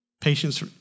Patience